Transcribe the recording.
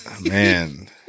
man